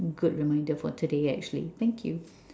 good reminder for today actually thank you